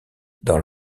dans